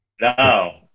No